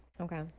okay